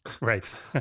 right